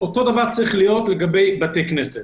אותו דבר צריך להיות לגבי בתי כנסת.